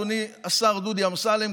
אדוני השר דודי אמסלם,